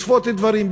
לשפוט דברים.